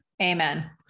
amen